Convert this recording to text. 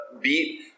beat